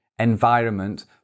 environment